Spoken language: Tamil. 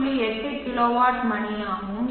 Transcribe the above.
58 கிலோவாட் மணி ஆகும்